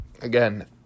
Again